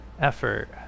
effort